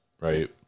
Right